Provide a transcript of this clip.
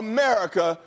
America